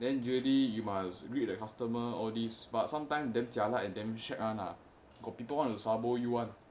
then daily you must greet the customer all these but some time damn jialat and damn shag [one] ah got people want to sabo you [one]